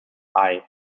eye